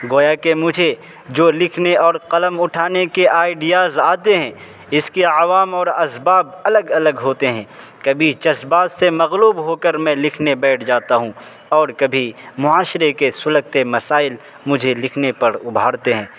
گویا کہ مجھے جو لکھنے اور قلم اٹھانے کے آئیڈیاز آتے ہیں اس کے عوام اور اسباب الگ الگ ہوتے ہیں کبھی جذبات سے مغلوب ہو کر میں لکھنے بیٹھ جاتا ہوں اور کبھی معاشرے کے سلگتے مسائل مجھے لکھنے پر ابھارتے ہیں